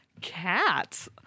Cats